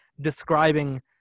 describing